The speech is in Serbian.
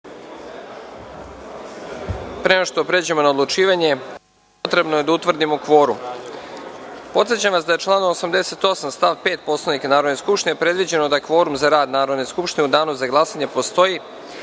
nego što pređemo na odlučivanje, potrebno je da utvrdimo kvorum. Podsećam vas da je članom 88. stav 5. Poslovnika Narodne skupštine predviđeno da kvorum za rad Narodne skupštine u Danu za glasanje postoji